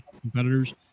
competitors